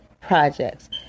projects